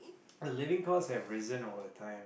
the living cost has risen over time